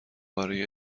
برای